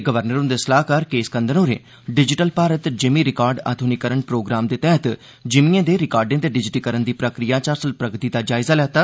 governor ह्न्दे सलाहकार के स्कंदन होरें डिजिटल भारत जिमीं रिकार्ड आध्नीकरण प्रोग्राम तैहत जिमियें दे रिकार्ड दे डिजीटिरण दी प्रक्रिया दी प्रगति दा जायजा लैता